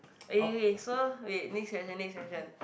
ah so okay next section next section